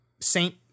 Saint